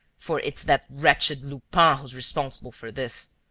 for it's that wretched lupin who's responsible for this.